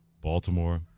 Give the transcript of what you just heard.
Baltimore